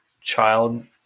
child